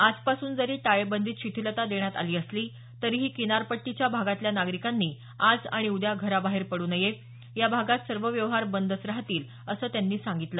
आजपासून जरी टाळेबंदीत शिथिलता देण्यात आली असली तरीही किनारपट्टीच्या भागातल्या नागरिकांनी आज आणि उद्या घराबाहेर पडू नये या भागात सर्व व्यवहार बंदच राहतील असं त्यांनी सांगितलं